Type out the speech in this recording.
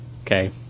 okay